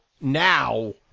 Now